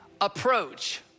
approach